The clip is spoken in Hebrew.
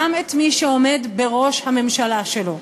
גם את מי שעומד בראש הממשלה שלו.